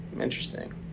Interesting